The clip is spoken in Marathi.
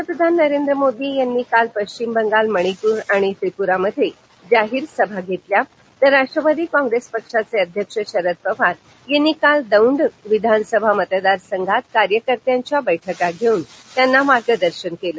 पंतप्रधान नरेंद्र मोदी यांनी काल पश्चिम बंगाल मणिपूर आणि त्रिपूरामध्ये जाहीर सभा घेतल्या तर राष्टवादी काँग्रेस पक्षाचे अध्यक्ष शरद पवार यांनी काल दोंड विधानसभा मतदार संघात कार्यकर्त्यांच्या बैठका घेऊन मार्गदर्शन केलं